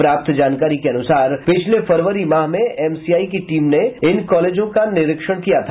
प्राप्त जानकारी के अनुसार पिछले फरवरी माह में एमसीआई की टीम ने इन कॉलेजों का निरीक्षण किया था